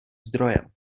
zdrojem